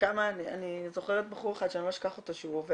כמה אני זוכרת בחור אחד שאני לא אשכח